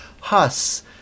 hus